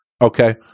Okay